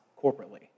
corporately